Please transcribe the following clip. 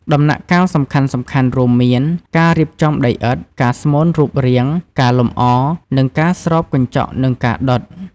ដំណាក់កាលសំខាន់ៗរួមមាន៖ ការរៀបចំដីឥដ្ឋ ការស្មូនរូបរាង ការលម្អ និងការស្រោបកញ្ចក់និងការដុត។